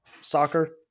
soccer